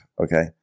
Okay